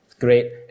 Great